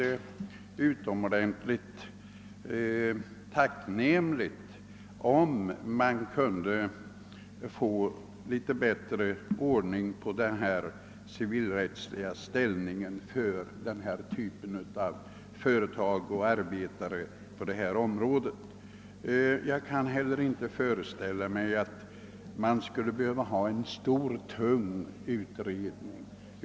Det vore därför tacknämligt om det kunde bli en något bättre ordning beträffande den civilrättsliga ställningen för företag på detta område och för andra som ägnar sig åt mäklarverksamhet. Jag kan inte föreställa mig att det för detta ändamål skulle behövas en stor och tungfotad utredning.